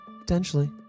Potentially